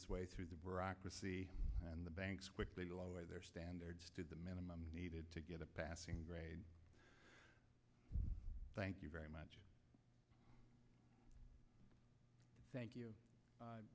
its way through and the banks quickly lower their standards to the minimum needed to get a passing grade thank you very much thank you